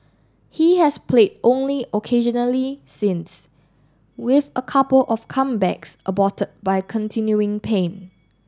he has played only occasionally since with a couple of comebacks aborted by continuing pain